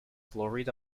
florida